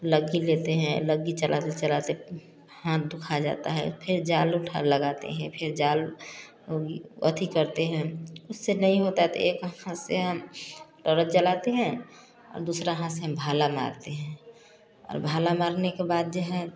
लग्गी लेते हैं लग्गी चलाते चलाते हाथ दुखा जाता हैं फिर जाल उठा लगाते हैं फिर जाल अथि करते हैं उससे नहीं होता हैं तो एक हाथ से हम टोरच जलाते हैं और दूसरा हाथ से हम भाला मारते हैं और भाला मरने के बाद जो हैं